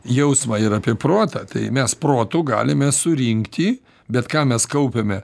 jausmą ir apie protą tai mes protu galime surinkti bet kam mes kaupiame